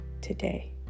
today